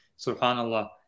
Subhanallah